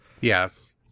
Yes